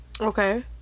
Okay